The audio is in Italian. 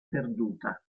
perduta